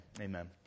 amen